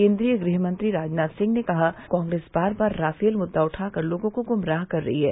केन्द्रीय गृहमंत्री राजनाथ सिंह ने कहा है कि कांग्रेस बार बार राफेल मुद्दा उठाकर लोगों को गुमराह कर रही है